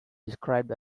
described